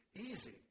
easy